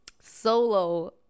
solo